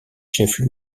chefs